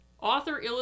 author